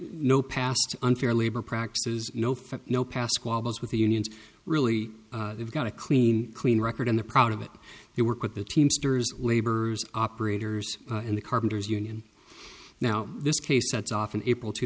no past unfair labor practices no fair no past squabbles with the unions really they've got a clean clean record and the proud of it they work with the teamsters laborers operators and the carpenters union now this case that's often april two